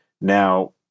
Now